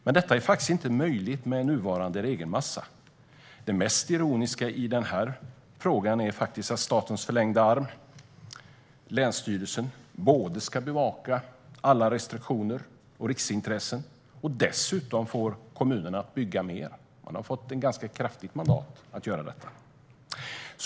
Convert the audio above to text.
Men detta är faktiskt inte möjligt med nuvarande regelmassa. Det mest ironiska i denna fråga är att statens förlängda arm länsstyrelsen ska bevaka alla restriktioner och riksintressen och dessutom få kommunerna att bygga mer. Man har fått ett ganska kraftigt mandat att göra detta.